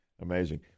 Amazing